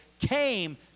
came